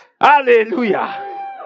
Hallelujah